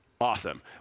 Awesome